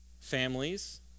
families